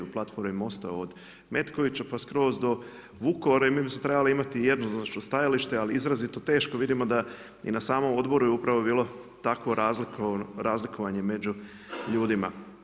Most-a od Metkovića pa skroz do Vukovara i mi bismo trebali imati jednoznačno stajalište, ali izrazito teško vidimo da i na samom odboru je upravo bilo tako razlikovanje među ljudima.